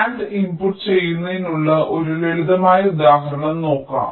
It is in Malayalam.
NAND ഇൻപുട്ട് ചെയ്യുന്നതിനുള്ള ഒരു ലളിതമായ ഉദാഹരണം നോക്കാം